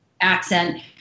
accent